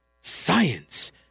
science